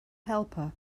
helper